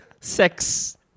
Sex